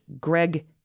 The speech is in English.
Greg